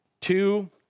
Two